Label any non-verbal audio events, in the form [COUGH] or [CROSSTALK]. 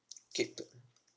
[NOISE] K two ah